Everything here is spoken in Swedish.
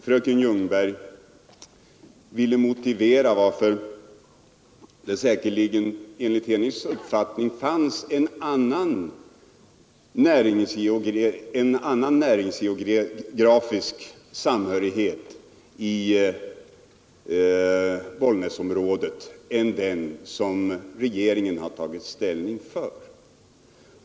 Fröken Ljungberg ville motivera varför det enligt hennes uppfattning säkerligen fanns en annan näringsgeografisk samhörighet i Bollnäsområdet än den som regeringen har tagit ställning för.